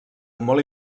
molt